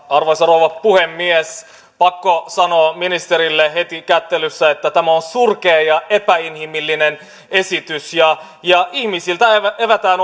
arvoisa rouva puhemies pakko sanoa ministerille heti kättelyssä että tämä on surkea ja epäinhimillinen esitys ja ja ihmisiltä evätään